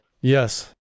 Yes